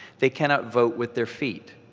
they cannot vote with their feet.